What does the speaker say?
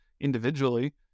individually